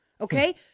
okay